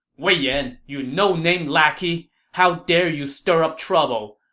wei yan, you no-name lackey! how dare you stir up trouble!